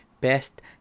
Best